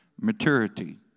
Maturity